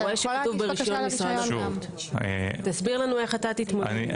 רואה שכתוב ברשיון תסביר לנו איך תתמודד עם זה.